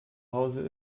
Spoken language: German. hause